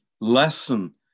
lesson